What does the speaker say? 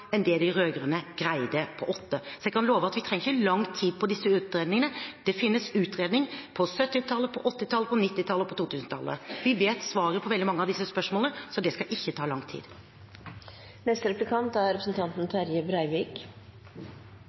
enn det de rød-grønne greide på åtte. Så jeg kan love at vi ikke trenger lang tid på disse utredningene. Det finnes utredning på 1970-tallet, på 1980-tallet, på 1990-tallet og på 2000-tallet. Vi vet svaret på veldig mange av disse spørsmålene, så det skal ikke ta lang tid.